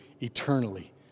eternally